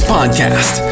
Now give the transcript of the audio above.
Podcast